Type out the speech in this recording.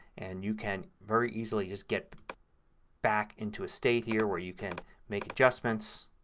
and you can very easily just get back into a state here where you can make adjustments